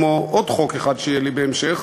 כמו עוד חוק אחד שיהיה לי בהמשך,